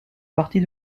partie